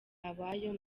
abayo